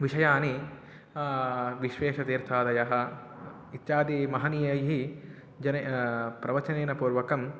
विषयाणि विश्वेशतीर्थादयः इत्यादि महनीयैः जनैः प्रवचनेन पूर्वकम्